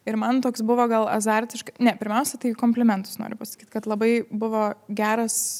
ir man toks buvo gal azartiškai ne pirmiausia tai komplimentus noriu pasakyt kad labai buvo geras